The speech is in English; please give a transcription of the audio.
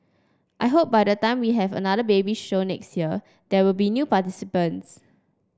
I hope by the time we have another baby show next year there will be new participants